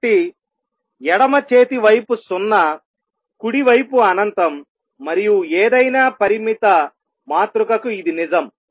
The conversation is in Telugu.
కాబట్టి ఎడమ చేతి వైపు 0 కుడి వైపు అనంతం మరియు ఏదైనా పరిమిత మాతృకకు ఇది నిజం